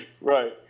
Right